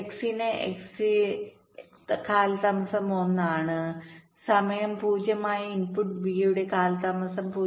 X ന് x യുടെ കാലതാമസം 1 ആണ് സമയം 0 ആയ ഇൻപുട്ട് b യുടെ കാലതാമസം 0